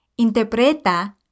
Interpreta